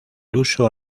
huso